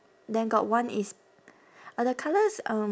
then got one is are the colours um